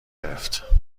گرفت